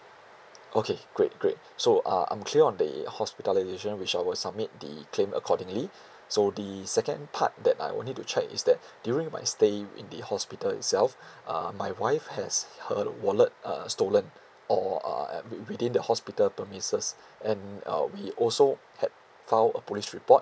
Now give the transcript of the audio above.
okay great great so uh I'm clear on the hospitalisation which I will submit the claim accordingly so the second part that I will need to check is that during my stay in the hospital itself uh my wife has her wallet uh stolen or uh wi~ within the hospital premises and uh we also had file a police report